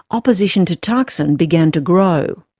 opposition to to thaksin began to grow.